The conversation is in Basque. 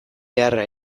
beharra